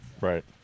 Right